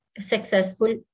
successful